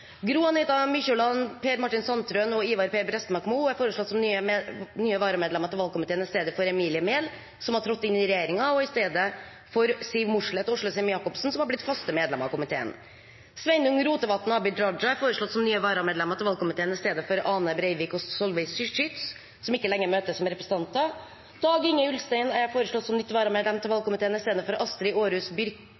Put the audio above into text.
Per Martin Sandtrøen og Ivar B. Prestbakmo er foreslått som nye varamedlemmer til valgkomiteen i stedet for Emilie Mehl, som har trådt inn i regjeringen, og i stedet for Siv Mossleth og Åslaug Sem-Jacobsen, som har blitt faste medlemmer av komiteen. Sveinung Rotevatn og Abid Raja er foreslått som nye varamedlemmer til valgkomiteen i stedet for Ane Breivik og Solveig Schytz, som ikke lenger møter som representanter. Dag-Inge Ulstein er foreslått som nytt